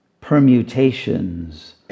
permutations